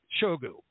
Shogu